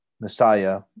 Messiah